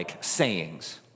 sayings